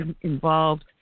involved